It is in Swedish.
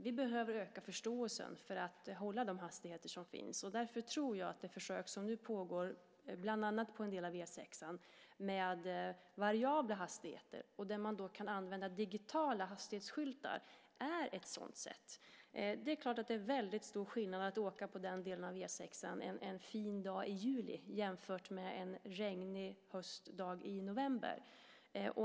Vi behöver öka förståelsen för att hålla de hastighetsgränser som finns. Därför tror jag att de försök som nu pågår, bland annat på en del av E 6:an, med variabla hastigheter där man kan använda digitala hastighetsskyltar är ett sådant sätt. Det är klart att det är en väldigt stor skillnad att åka på den delen av E 6:an en fin dag i juli jämfört med en regnig höstdag i november.